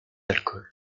alcools